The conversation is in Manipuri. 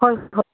ꯍꯣꯏ ꯍꯣꯏ